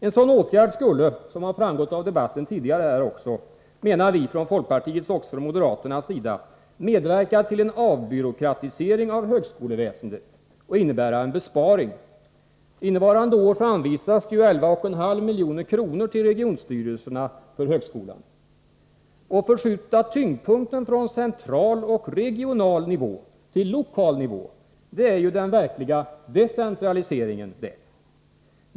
En sådan åtgärd skulle, menar vi och moderaterna, medverka till en avbyråkratisering av högskoleväsendet och innebära en besparing, vilket också har framgått av den tidigare debatten. Innevarande år anvisas ju 11,5 milj.kr. till regionstyrelserna för högskolan. Att förskjuta tyngdpunkten från central och regional nivå till lokal nivå är den verkliga decentraliseringen.